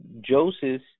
Joseph